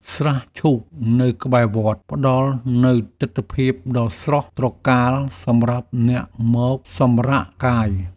ស្រះឈូកនៅក្បែរវត្ត ផ្តល់នូវទិដ្ឋភាពដ៏ស្រស់ត្រកាលសម្រាប់អ្នកមកសម្រាកកាយ។